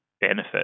benefit